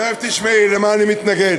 תכף תשמעי למה אני מתנגד.